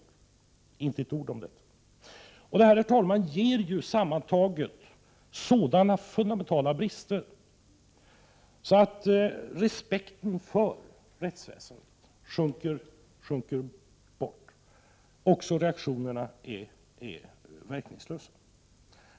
Justitieministern har inte med ett ord berört den saken. Detta, herr talman, innebär ju sammantaget sådana fundamentala brister Prot. 1988/89:51 att respekten för rättsväsendet sjunker. Och reaktionerna är verkningslösa.